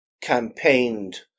campaigned